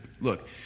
look